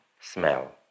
smell